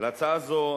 להצעה זו,